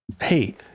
hey